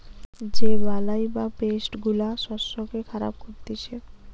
যে বালাই বা পেস্ট গুলা শস্যকে খারাপ করতিছে